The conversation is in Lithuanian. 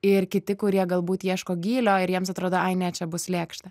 ir kiti kurie galbūt ieško gylio ir jiems atrodo ai ne čia bus lėkšta